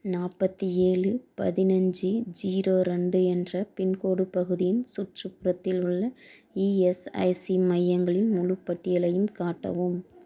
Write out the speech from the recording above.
நாற்பத்தி ஏழு பதினஞ்சு ஜீரோ ரெண்டு என்ற பின்கோட் பகுதியின் சுற்றுப்புறத்தில் உள்ள இஎஸ்ஐசி மையங்களின் முழுப் பட்டியலையும் காட்டவும்